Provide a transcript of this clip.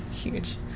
huge